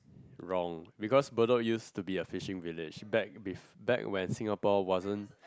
wrong because Bedok used to be fishing village back bef~ back when Singapore wasn't